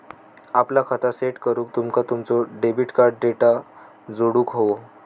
आपला खाता सेट करूक तुमका तुमचो डेबिट कार्ड डेटा जोडुक व्हयो